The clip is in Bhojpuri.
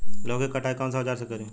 लौकी के कटाई कौन सा औजार से करी?